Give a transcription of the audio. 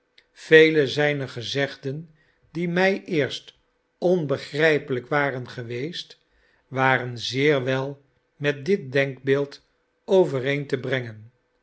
vele zijner gezegden die mij eerst onbegrijpelijk waren geweest waren zeer wel met dit denkbeeld overeen te brengen